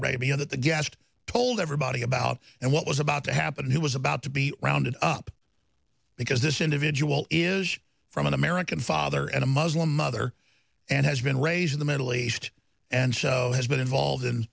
arabia that the guest told everybody about and what was about to happen who was about to be rounded up because this individual is from an american father and a muslim mother and has been raised in the middle east and so has been involved in